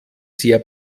sehr